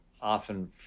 often